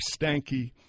Stanky